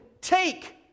take